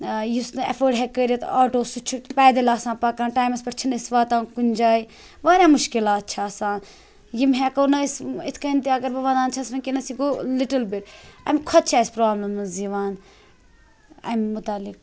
آ یُس نہٕ اٮ۪فٲڈ ہیٚکہِ کٔرِتھ آٹوٗ سُہ چھُ پایِدٕلۍ آسان پَکان ٹایِمَس پٮ۪ٹھ چھِنہٕ أسۍ واتان کُنہِ جایہِ واریاہ مُشکِلات چھِ آسان یِم ہٮ۪کو نہٕ أسۍ یِتھ کَنۍ تہِ اگر بہٕ وَنان چھَس وٕنۍکٮ۪نَس یہِ گوٚو لِٹٕل بِٹ اَمۍ کھۄتہٕ چھِ اَسہِ پرابلِمٕز یِوان اَمۍ مُتعلق